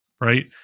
right